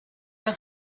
par